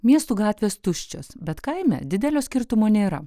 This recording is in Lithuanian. miestų gatvės tuščios bet kaime didelio skirtumo nėra